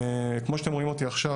כמו שאתם רואים אותי עכשיו,